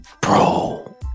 Bro